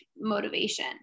motivation